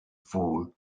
fool